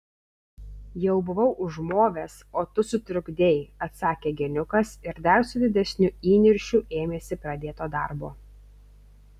jau buvau užmovęs o tu sutrukdei atsakė geniukas ir dar su didesniu įniršiu ėmėsi pradėto darbo